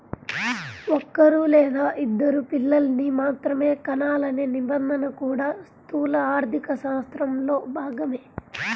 ఒక్కరూ లేదా ఇద్దరు పిల్లల్ని మాత్రమే కనాలనే నిబంధన కూడా స్థూల ఆర్థికశాస్త్రంలో భాగమే